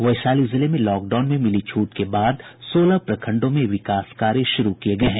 वैशाली जिले में लॉकडाउन में मिली छूट के बाद सोलह प्रखंडों में विकास कार्य शुरू किये गये हैं